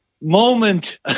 moment